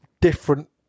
different